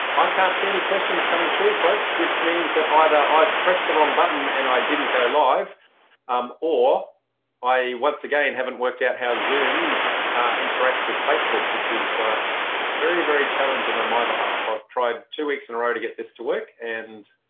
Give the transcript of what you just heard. i can't see any questions coming through, folks which means that either i've pressed the wrong button and i didn't go live um or i once again haven't worked out how zoom interacts with facebook which is very very challenging on my behalf. i've tried two weeks in a and row to get this to work and